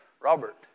Robert